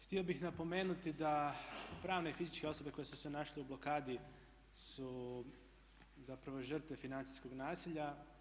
Htio bih napomenuti da pravne i fizičke osobe koje su se našle u blokadi su zapravo žrtve financijskog nasilja.